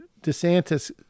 DeSantis